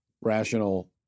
rational